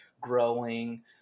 growing